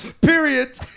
period